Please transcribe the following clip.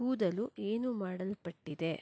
ಕೂದಲು ಏನು ಮಾಡಲ್ಪಟ್ಟಿದೆ